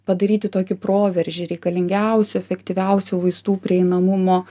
padaryti tokį proveržį reikalingiausių efektyviausių vaistų prieinamumo